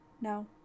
No